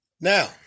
Now